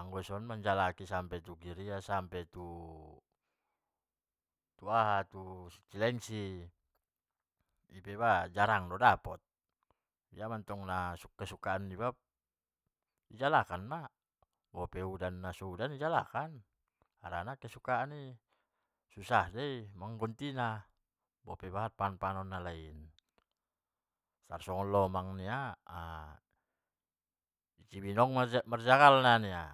Anggo ison manjalaki sampe tu griya sampe tu aha tu lenci, inpe jarang do dapot biamantong na kesukaan niba di jalakan ma. bope na udan so udan di jalakan harana kesukaan i. susah doi mangganti na bope bahat panganon-panganon nalain, tarsongon lomang nia idia dong parjagal na nia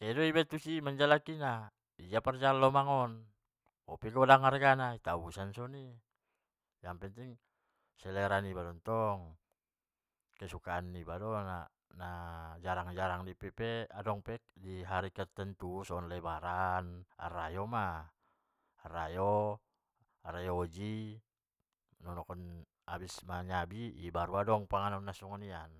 kehe do iba tu si i manjalaki na idia parjagal lomang on. bope godang argana itabusan soni, naponting selera niba dottong. kesukaan niba dona najarang-jarang do, inpe adong dihari tertentu songon lebaran. arrayo ma, arrayo haji, habis manyabi inma adong panganon nasongoni nan,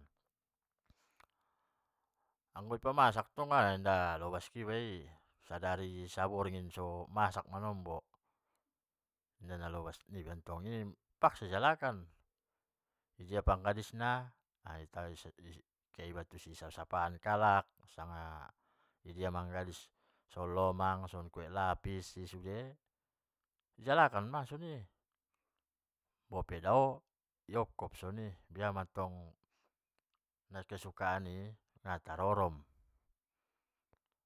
anggo ipamasak tong nda lobas iba i sadari saborngin so masak manombo, inda lobas nantong i, terpaksa di jalakan isia panabusi na kehe iba tusi isapa-sapa an halal idia manggadis songon lomang, songon kue lapis sude, ijalakan ma sude bope dao di dokkop soni, biamattong kesukaan an i natar rorom.